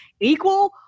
equal